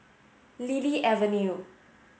Lily Avenue